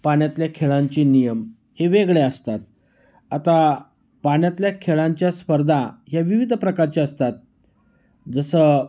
पाण्यातल्या खेळांचे नियम हे वेगळे असतात आता पाण्यातल्या खेळांच्या स्पर्धा ह्या विविध प्रकारच्या असतात जसं